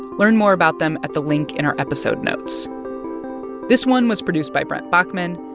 learn more about them at the link in our episode notes this one was produced by brent baughman,